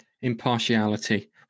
impartiality